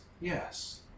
Yes